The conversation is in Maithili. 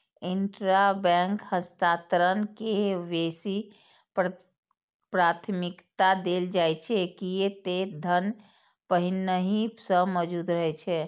इंटराबैंक हस्तांतरण के बेसी प्राथमिकता देल जाइ छै, कियै ते धन पहिनहि सं मौजूद रहै छै